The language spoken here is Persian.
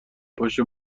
پاشو